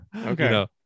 okay